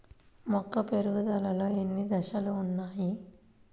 మొక్క పెరుగుదలలో ఎన్ని దశలు వున్నాయి?